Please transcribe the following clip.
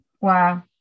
Wow